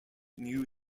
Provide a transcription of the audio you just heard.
new